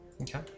Okay